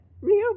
Real